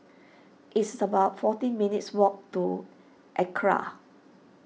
it's about fourteen minutes' walk to Acra